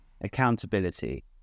Accountability